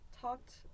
talked